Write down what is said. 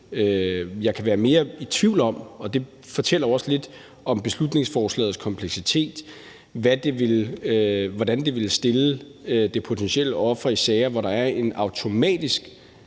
Jeg kan være mere i tvivl om – og det fortæller jo også lidt om beslutningsforslagets kompleksitet – hvordan det ville stille det potentielle offer i sager, hvor der er en fuldautomatisk